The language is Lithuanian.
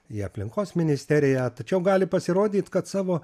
į aplinkos ministeriją tačiau gali pasirodyt kad savo